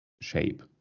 shape